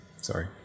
sorry